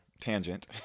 tangent